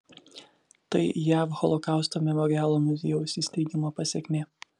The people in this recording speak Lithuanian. tai jav holokausto memorialo muziejaus įsteigimo pasekmė